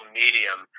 medium